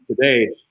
today